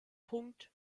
punkt